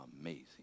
amazing